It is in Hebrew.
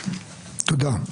תודה.